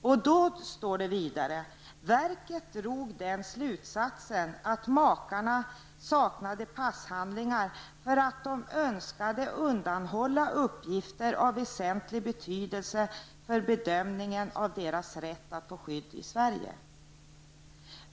I beslutet framgick det vidare att verket dragit den slutsatsen att makarna saknade passhandlingar för att de önskade undanhålla uppgifter av väsentlig betydelse för bedömningen av deras rätt att få skydd i Sverige.